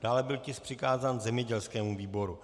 Dále byl tisk přikázán zemědělskému výboru.